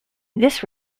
this